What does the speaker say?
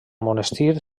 monestir